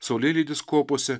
saulėlydis kopose